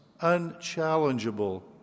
unchallengeable